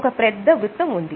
ఒక పెద్ద వృత్తము ఉంది